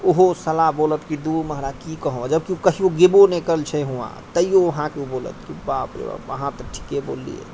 ओहो साला बोलत कि धुर महाराज की कहब जबकि ओ कहियो जेबो नहि कएल छै वहाँ तैयो अहाँकेँ ओ बोलत बाप रे बाप अहाँ तऽ ठीके बोललियै